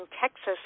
Texas